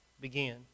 begin